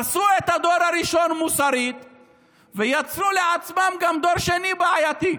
הרסו את הדור הראשון מוסרית ויצרו לעצמם גם דור שני בעייתי.